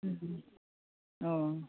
अ